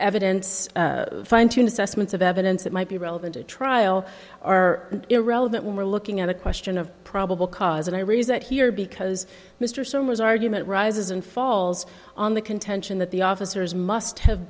evidence fine tuned assessments of evidence that might be relevant at trial are irrelevant when we're looking at a question of probable cause and i raise that here because mr summers argument rises and falls on the contention that the officers must have